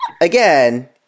again